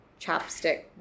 chapstick